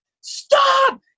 stop